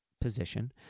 position